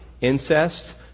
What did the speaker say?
incest